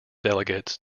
delegates